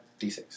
d6